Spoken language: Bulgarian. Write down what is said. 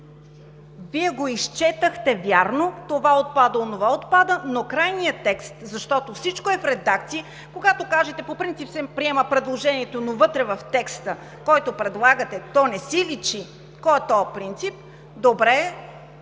Вие го изчетохте – вярно, това отпада, онова отпада, но крайният текст, защото всичко е в редакции… Когато кажете „по принцип се приема предложението“, но вътре в текста, който предлагате, не личи кой е този принцип. Добре е